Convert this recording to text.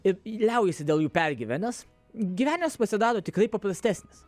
ir liaujiesi dėl jų pergyvenęs gyvenimas pasidaro tikrai paprastesnis